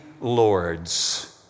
lords